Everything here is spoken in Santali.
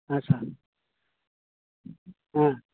ᱟᱪᱪᱷᱟ ᱦᱮᱸ